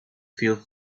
feel